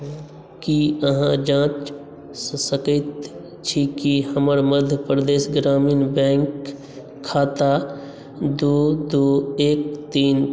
की अहाँ जांच सकैत छी कि हमर मध्य प्रदेश ग्रामीण बैंक खाता दू दू एक तीन